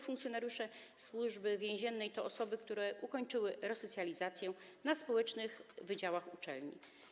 Funkcjonariusze Służby Więziennej to często osoby, które ukończyły resocjalizację na społecznych wydziałach uczelni.